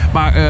Maar